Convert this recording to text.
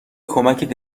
کمکت